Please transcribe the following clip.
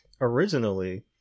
originally